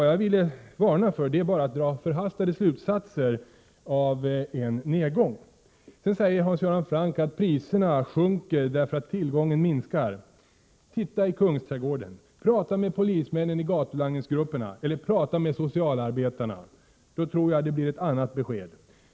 Jag vill bara varna för att man inte skall dra förhastade slutsatser av en nedgång. Priserna sjunker på grund av att efterfrågan minskar, säger Hans Göran Franck. Titta i Kungsträdgården och prata med polismännen i gatulangningsgrupperna och med socialarbetarna. Då får man ett annat besked.